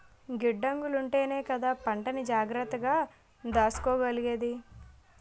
గిడ్డంగులుంటేనే కదా పంటని జాగ్రత్తగా దాసుకోగలిగేది?